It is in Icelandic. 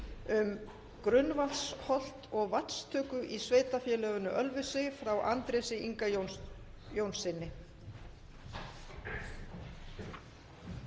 um grunnvatnshlot og vatnstöku í sveitarfélaginu Ölfusi, frá Andrési Inga Jónssyni.